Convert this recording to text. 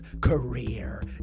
career